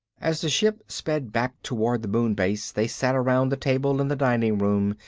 as the ship sped back toward the moon base they sat around the table in the dining room,